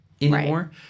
anymore